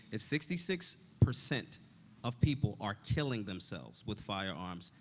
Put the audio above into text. if sixty six percent of people are killing themselves with firearms,